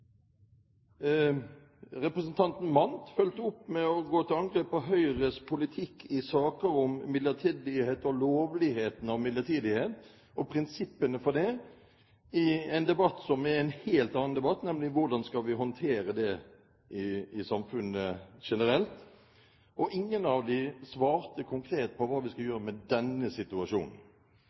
Representanten Mandt fulgte opp med å gå til angrep på Høyres politikk i saker om midlertidighet og lovligheten av midlertidighet og prinsippene for det, noe som er en helt annen debatt, nemlig hvordan vi skal håndtere det i samfunnet generelt. Ingen av dem har svart konkret på hva vi skal gjøre med denne situasjonen.